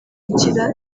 gukira